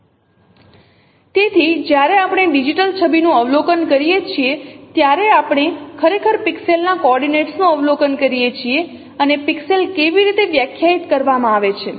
3021 સમયેસ્લાઇડ ચકાસો તેથી જ્યારે આપણે ડિજિટલ છબીનું અવલોકન કરીએ છીએ ત્યારે આપણે ખરેખર પિક્સેલ ના કોઓર્ડિનેટ્સનું અવલોકન કરીએ છીએ અને પિક્સેલ કેવી રીતે વ્યાખ્યાયિત કરવામાં આવે છે